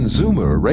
Zoomer